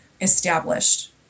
established